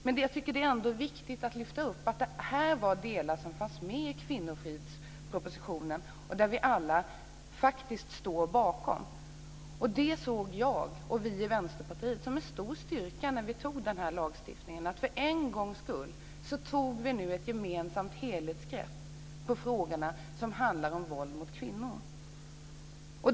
Det är ändå viktigt att lyfta upp att det här är delar som finns med i kvinnofridspropositionen, som vi alla står bakom. Det såg jag och Vänsterpartiet som en stor styrka när vi tog lagstiftningen. För en gångs skull tog vi ett gemensamt helhetsgrepp på de frågor som handlar om våld mot kvinnor. Herr talman!